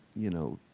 you know,